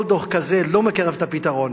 כל דוח כזה לא מקרב את הפתרון,